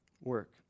work